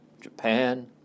Japan